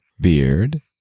beard